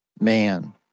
Man